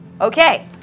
Okay